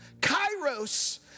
Kairos